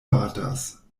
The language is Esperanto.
batas